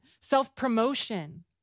self-promotion